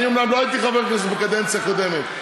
אני אומנם לא הייתי חבר כנסת בקדנציה קודמת,